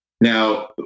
Now